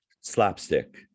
slapstick